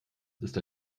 ist